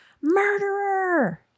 Murderer